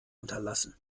unterlassen